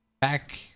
Back